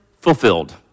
fulfilled